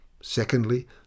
Secondly